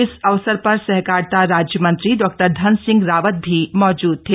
इस अवसर पर सहकारिता राज्यमंत्री डॉ धन सिंह रावत भी मौजूद थे